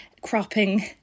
cropping